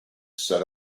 set